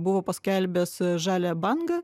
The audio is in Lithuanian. buvo paskelbęs žalią bangą